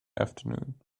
afternoon